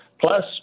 Plus